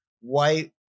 white